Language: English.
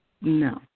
No